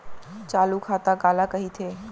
चालू खाता काला कहिथे?